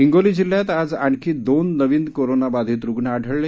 हिंगोली जिल्ह्यात आज आणखी दोन नवीन कोरोनाबाधित रुग्ण आढळले